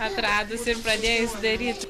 atradus ir pradėjus daryt